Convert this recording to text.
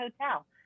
hotel